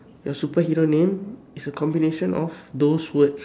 your superhero name is a combination of those words